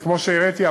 וכמו שהראיתי,